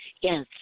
Yes